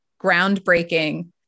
groundbreaking